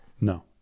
no